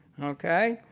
okay?